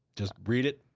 just read it,